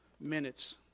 minutes